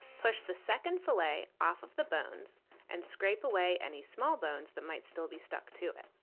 push the second fillet off of the bones and scrape away any small bones that might still be stuck to it.